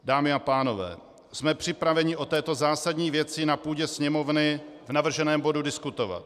Dámy a pánové, jsme připraveni o této zásadní věci na půdě Sněmovny v navrženém bodu diskutovat.